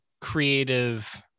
creative